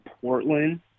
Portland